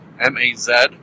M-A-Z